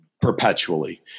perpetually